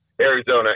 Arizona